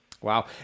wow